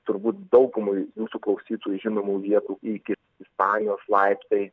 turbūt daugumai jūsų klausytųjų žinomų vietų iki ispanijos laiptai